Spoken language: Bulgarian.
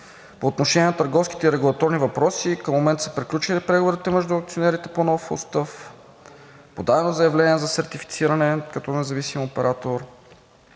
По отношение на търговските регулаторни въпроси. Към момента са приключени преговорите между акционерите по нов устав. Подадено е заявление за сертифициране като независим оператор.